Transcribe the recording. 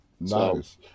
Nice